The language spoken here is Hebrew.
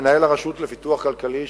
מנהל הרשות לפיתוח כלכלי,